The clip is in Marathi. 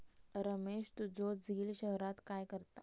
रमेश तुझो झिल शहरात काय करता?